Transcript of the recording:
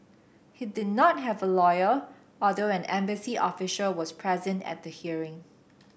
he did not have a lawyer although an embassy official was present at the hearing